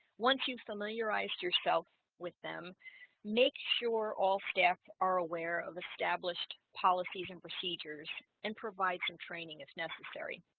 once you've familiarized yourself with them make sure all staff are aware of established policies and procedures and provide some training if necessary